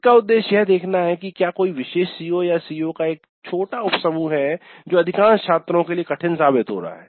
इसका उद्देश्य यह देखना है कि क्या कोई विशेष CO या CO का एक छोटा उप समूह है जो अधिकांश छात्रों के लिए कठिन साबित हो रहा है